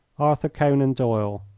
arthur conan doyle.